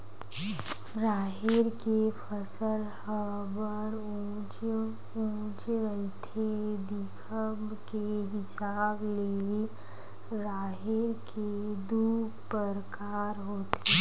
राहेर के फसल ह बड़ उँच उँच रहिथे, दिखब के हिसाब ले राहेर के दू परकार होथे